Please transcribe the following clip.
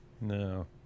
No